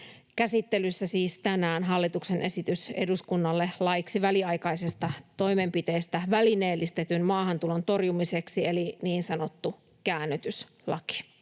Käsittelyssä on tänään siis hallituksen esitys eduskunnalle laiksi väliaikaisesta toimenpiteestä välineellistetyn maahantulon torjumiseksi eli niin sanottu käännytyslaki.